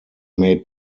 made